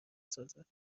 سازد